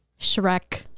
shrek